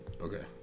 Okay